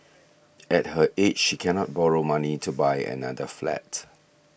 at her age she cannot borrow money to buy another flat